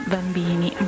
Bambini